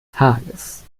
tages